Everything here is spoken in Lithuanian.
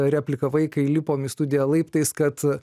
replikavai kai lipom į studiją laiptais kad